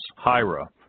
Hira